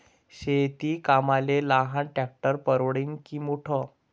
शेती कामाले लहान ट्रॅक्टर परवडीनं की मोठं?